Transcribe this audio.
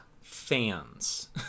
fans